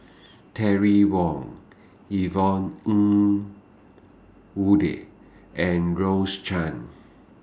Terry Wong Yvonne Ng Uhde and Rose Chan